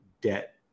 debt